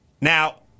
Now